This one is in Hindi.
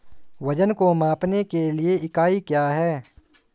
वजन को मापने के लिए इकाई क्या है?